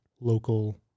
local